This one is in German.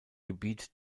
gebiet